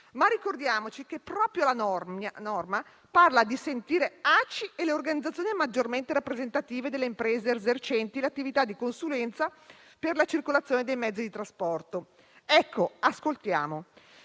Ricordiamo, però, che proprio la norma prevede che siano ascoltati l'ACI e le organizzazioni maggiormente rappresentative delle imprese esercenti l'attività di consulenza per la circolazione dei mezzi di trasporto. Ecco, ascoltiamo.